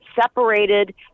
separated